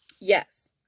Yes